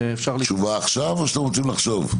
תשובה עכשיו או שאתם רוצים לחשוב?